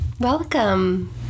welcome